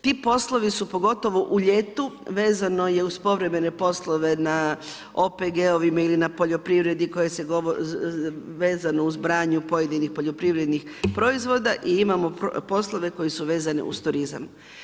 Ti poslovi su pogotovo u ljeti, vezano je uz povremene poslove na OPG-ovima ili na poljoprivredi vezano uz branje pojedinih poljoprivrednih proizvoda i imamo poslove koji su vezani uz turizam.